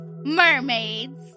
mermaids